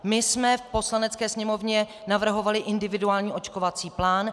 My jsme v Poslanecké sněmovně navrhovali individuální očkovací plán.